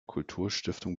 kulturstiftung